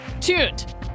tuned